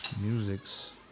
Music's